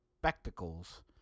spectacles